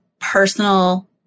personal